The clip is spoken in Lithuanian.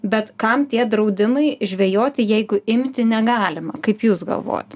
bet kam tie draudimai žvejoti jeigu imti negalima kaip jūs galvojat